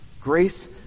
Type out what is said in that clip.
Grace